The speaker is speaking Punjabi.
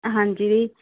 ਹਾਂਜੀ ਦੀ